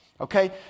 Okay